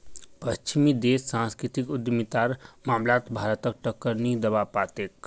पश्चिमी देश सांस्कृतिक उद्यमितार मामलात भारतक टक्कर नी दीबा पा तेक